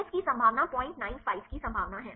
इस की संभावना 095 की संभावना है